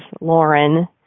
Lauren